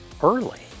early